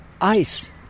ice